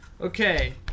Okay